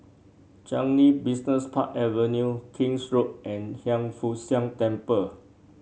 Changi Business Park Avenue King's Road and Hiang Foo Siang Temple